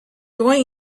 going